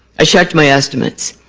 i checked my estimates.